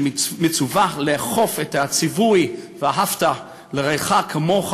שמצווה לאכוף את הציווי "ואהבת לרעך כמוך"